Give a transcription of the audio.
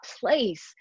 place